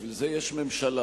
בשביל זה יש ממשלה,